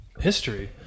history